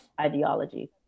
ideology